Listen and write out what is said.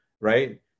right